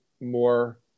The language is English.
more